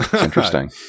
Interesting